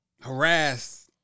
harassed